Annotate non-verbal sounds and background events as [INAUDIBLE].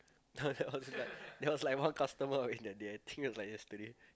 [LAUGHS] there was there was like one customer in that day I think it was like yesterday